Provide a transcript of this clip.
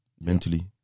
mentally